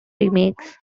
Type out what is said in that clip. remakes